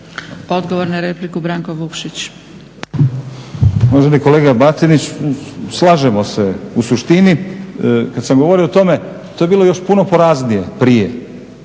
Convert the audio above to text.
Odgovor na repliku, Boro Grubišić.